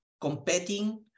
competing